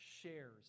shares